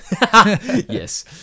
Yes